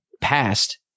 passed